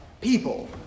people